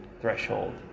threshold